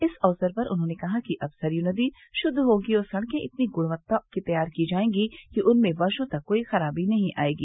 इस अवसर पर उन्होंने कहा कि अब सरयू नदी शुद्व होगी और सड़के इतनी अच्छी ग्णवत्ता की तैयार की जायेंगी कि उनमें वर्षो तक कोई खराबी नहीं आयेगी